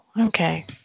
okay